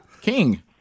King